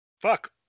fuck